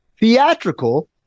theatrical